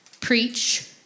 preach